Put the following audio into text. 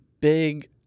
big